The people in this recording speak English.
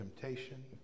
temptation